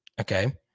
Okay